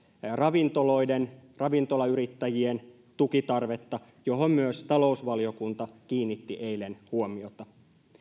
ravintoloiden ravintolayrittäjien tukitarvetta johon myös talousvaliokunta kiinnitti eilen huomiota